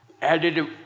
added